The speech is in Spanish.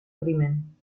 crimen